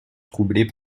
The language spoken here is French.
troublée